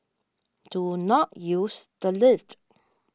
do not use the lift